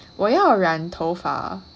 我要染头发